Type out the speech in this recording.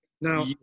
Now